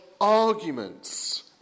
arguments